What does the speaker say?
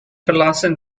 verlassen